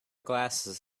glasses